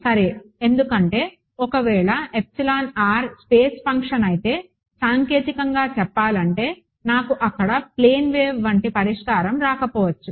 సరే ఎందుకంటే ఒకవేళ స్పేస్ ఫంక్షన్ అయితే సాంకేతికంగా చెప్పాలంటే నాకు అక్కడ ప్లేన్ వేవ్ వంటి పరిష్కారం రాకపోవచ్చు